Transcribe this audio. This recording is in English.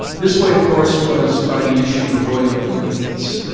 this way, of course, was by the issue of royal edicts.